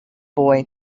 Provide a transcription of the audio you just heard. boy